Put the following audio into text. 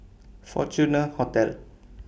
Fortuna Hotel